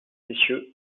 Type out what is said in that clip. essieux